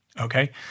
okay